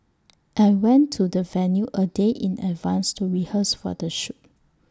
I went to the venue A day in advance to rehearse for the shoot